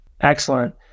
Excellent